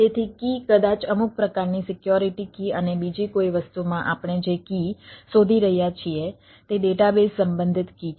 તેથી કી કદાચ અમુક પ્રકારની સિક્યોરિટી કી અને બીજી કોઈ વસ્તુમાં આપણે જે કી શોધી રહ્યા છીએ તે ડેટાબેઝ સંબંધિત કી છે